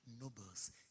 nobles